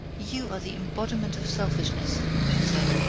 you are the embodiment of selfishness, she said.